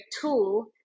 tool